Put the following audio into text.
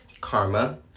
karma